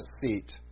seat